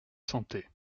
santé